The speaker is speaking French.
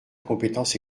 compétence